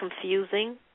confusing